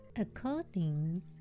according